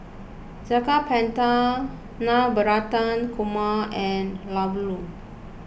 Saag Paneer Navratan Korma and Ladoo